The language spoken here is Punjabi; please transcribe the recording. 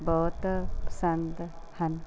ਬਹੁਤ ਪਸੰਦ ਹਨ